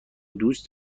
دوست